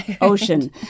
ocean